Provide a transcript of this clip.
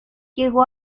llegó